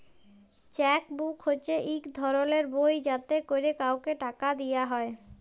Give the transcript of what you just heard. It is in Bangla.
চ্যাক বুক হছে ইক ধরলের বই যাতে ক্যরে কাউকে টাকা দিয়া হ্যয়